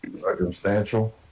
Circumstantial